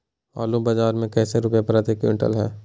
आलू बाजार मे कैसे रुपए प्रति क्विंटल है?